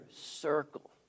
circle